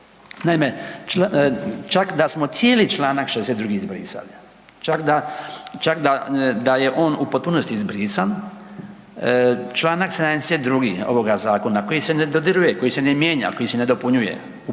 Naime, čak da smo cijeli Članak 62. izbrisali, čak da je on u potpunosti izbrisan, Članak 72. ovoga zakona koji se ne dodiruje, koji se ne mijenja, koji se ne dopunjuje, u potpunosti,